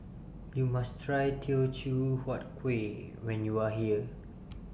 YOU must Try Teochew Huat Kueh when YOU Are here